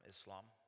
Islam